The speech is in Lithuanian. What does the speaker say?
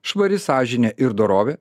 švari sąžinė ir dorovė